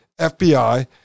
FBI